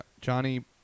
Johnny